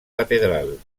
catedral